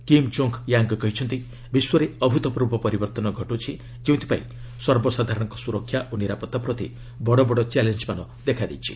Kim Jong Yang କହିଛନ୍ତି ବିଶ୍ୱରେ ଅଭୂତ୍ପୂର୍ବ ପରିବର୍ତ୍ତନ ଘଟୁଛି ଯେଉଁଥପାଇଁ ସର୍ବସାଧାରଣଙ୍କ ସୁରକ୍ଷା ଓ ନିରାପତ୍ତା ପ୍ରତି ବଡ଼ ବଡ଼ ଚ୍ୟାଲେଞ୍ମାନ ଦେଖାଦେଇଛି